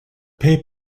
pay